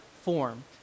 form